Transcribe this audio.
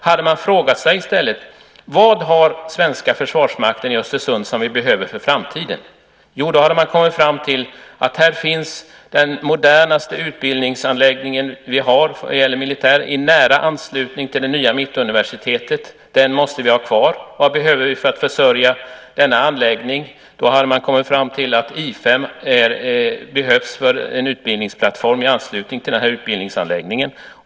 Hade man i stället frågat sig vad den svenska Försvarsmakten har i Östersund som vi behöver för framtiden hade man kommit fram till att här finns den modernaste militära utbildningsanläggningen vi har, i nära anslutning till det nya Mittuniversitetet. Den måste vi ha kvar. Vad behöver vi för att försörja denna anläggning? Ja, om man frågade sig det hade man kommit fram till att I 5 behövs för en utbildningsplattform i anslutning till den här utbildningsanläggningen.